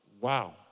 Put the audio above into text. Wow